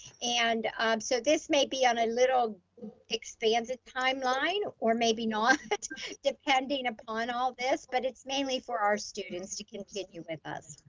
and so this may be on a little expanded timeline, or maybe not but depending upon all this, but it's mainly for our students to continue with us.